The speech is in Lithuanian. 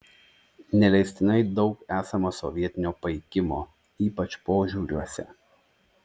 neleistinai daug esama sovietinio paikimo ypač požiūriuose